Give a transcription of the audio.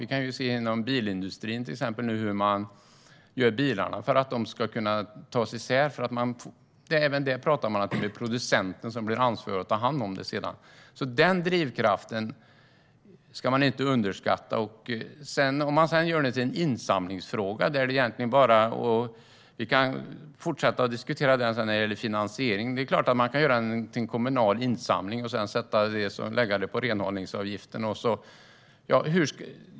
Nu kan vi till exempel inom bilindustrin se hur man gör bilar så att de kan tas isär. Även där pratar man om att det är producenten som har ansvaret för att ta hand om det sedan. Den drivkraften ska man inte underskatta. Sedan kan man göra det till en insamlingsfråga, och vi kan fortsätta med att diskutera finansiering. Det är klart att man kan göra det till en kommunal insamling och sedan lägga det på renhållningsavgiften.